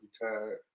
retired